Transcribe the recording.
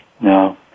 No